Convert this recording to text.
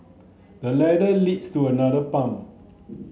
the ladder leads to another palm